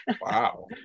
wow